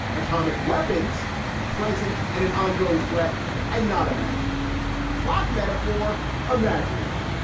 atomic weapons present and an ongoing threat and not imaginary clock metaphore imaginary.